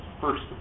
First